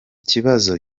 kibazo